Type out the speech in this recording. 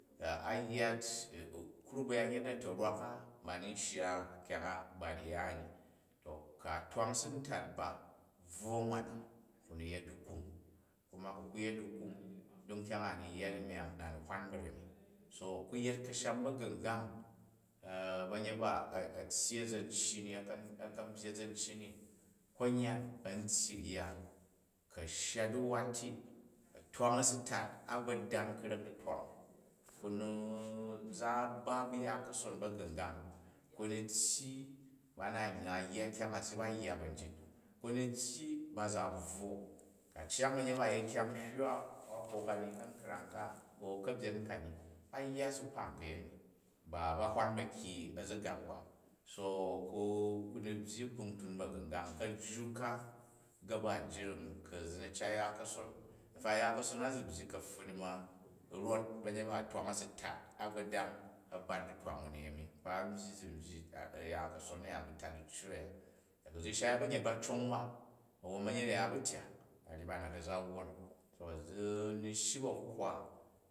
a yyat u kruk ba̱yanyet na̱ta̱rwak a̱ ba ni n shya kyang a ba ni ya ni. To ku̱ a twang si n tat ba bvwo nwan ku ni yet dikum, kuma ku̱ ku yet dikum di nkyang a ani yya ni mong na in hwan barain. So kuyet ka̱shan ba̱gu̱nmgang ba̱nyet ba a tyyi a̱zaucyi ni, a̱kan byyi a̱zancyi ni, konyan a̱ntyyi rya, ku a shya diwat ti a twang a si tat a gbodang ka̱rek ditwant u̱, ku ni za ba ba ya ka̱son ba̱gungang, ku ni tyyi bana n nayya kyang a, se ba ba̱ njit. Kuni tyyi ba za bvwo, ku a cyang ba̱nyet ba a yet, kyang hywa ba yet hok ani u ka̱nkrang a̱u u̱ ka̱byen ka ni bayya a si kpanmg kayemi ba ba hwa ba̱ ki a̱ziqak ba. So kuni byyi kpuntun ba̱gu̱ngan. Ka̱jju ka gabajring ku̱ zi ni cat ya ka̱son. ya ka̱son zi byyi ka̱pffun ni ma rot ba̱nyet ba a̱ twang a̱ si tat a̱gbatang bat ditwang u ni anik, nkpa n byyi zi n byyi ya ka̱son a̱ya ba tat diccu a̱ya. To ku̱ zi shai banyet ba cong ba, awwon ba̱nyet a̱ya a̱ bu tyak, a̱ ryi banat a̱ za wwon. To zi mi shyi bu ahuhwa.